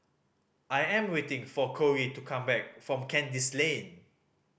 I am waiting for Korey to come back from Kandis Lane